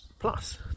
Plus